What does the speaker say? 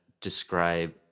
describe